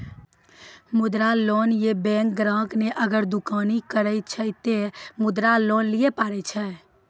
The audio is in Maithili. मुद्रा लोन ये बैंक ग्राहक ने अगर दुकानी करे छै ते मुद्रा लोन लिए पारे छेयै?